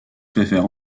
préfère